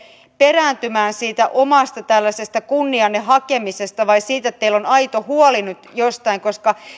perääntymään tällaisesta oman kunnianne hakemisesta vai siitä että teillä on nyt aito huoli jostain koska